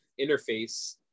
interface